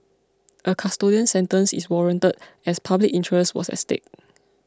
a custodial sentence is warranted as public interest was at stake